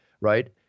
right